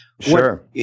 Sure